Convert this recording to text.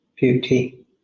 beauty